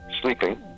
sleeping